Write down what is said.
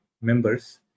members